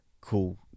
cool